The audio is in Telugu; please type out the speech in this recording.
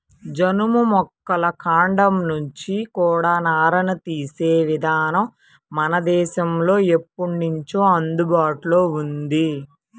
జనుము మొక్కల కాండం నుంచి కూడా నారని తీసే ఇదానం మన దేశంలో ఎప్పట్నుంచో అందుబాటులో ఉంది